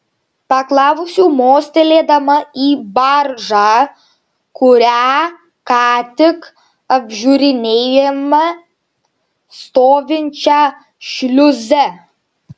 paklausiau mostelėdama į baržą kurią ką tik apžiūrinėjome stovinčią šliuze